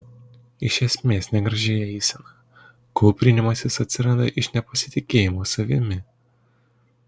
iš esmės negraži eisena kūprinimasis atsiranda iš nepasitikėjimo savimi